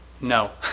No